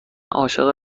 عاشق